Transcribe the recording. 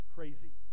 Crazy